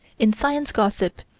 in science gossip,